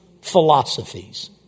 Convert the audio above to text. philosophies